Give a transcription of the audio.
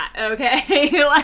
okay